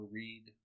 read